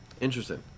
interesting